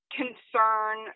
concern